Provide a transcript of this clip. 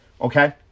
okay